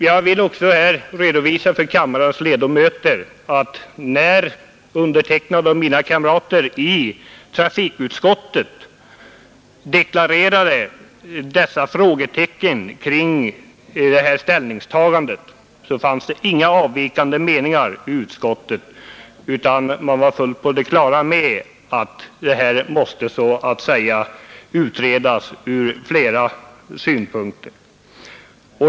Jag vill också redovisa för kammarens ledamöter, att när jag och mina kamrater i trafikutskottet deklarerade dessa frågetecken kring detta ställningstagande, fanns det inga avvikande meningar i utskottet, utan man var fullt på det klara med att frågan måste utredas ur flera synpunkter.